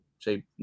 say